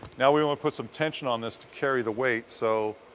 now we want to put some tension on this to carry the weight. so,